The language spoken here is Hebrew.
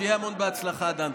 שיהיה בהמון הצלחה דן.